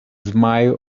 smile